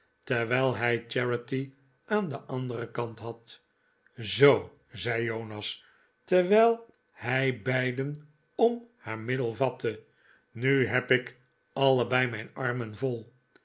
terwijl hij charity aan den anderen kant had zoo zei jonas terwijl hij beiden om haar middel vatte nu heb ik allebei mijn armen vol